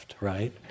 right